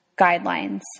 guidelines